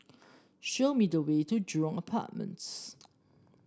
show me the way to Jurong Apartments